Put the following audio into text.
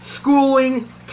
schooling